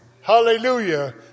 hallelujah